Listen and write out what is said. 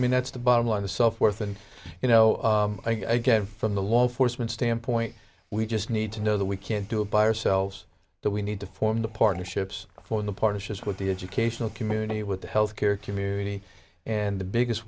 that's the bottom line the self worth and you know again from the law enforcement standpoint we just need to know that we can't do it by ourselves that we need to form the partnerships for the partnerships with the educational community with the health care community and the biggest